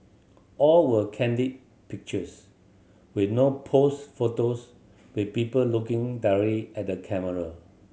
all were candid pictures with no posed photos with people looking directly at the camera